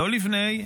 לא לפני.